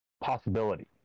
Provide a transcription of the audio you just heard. possibility